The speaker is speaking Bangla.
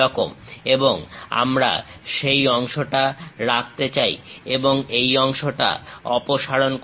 এবং আমরা সেই অংশটা রাখতে চাই এবং এই অংশটা অপসারণ করতে চাই